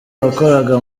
wakoraga